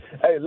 Hey